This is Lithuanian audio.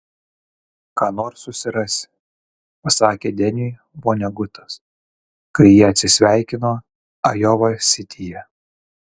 ką nors susirasi pasakė deniui vonegutas kai jie atsisveikino ajova sityje